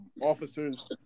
officers